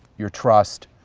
your trust,